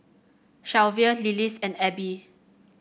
Shelvia Lillis and Abe